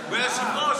קריאה: אדוני היושב-ראש,